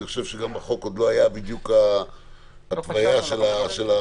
חושב שגם החוק עוד לא היה בדיוק ההתוויה של הרמזור.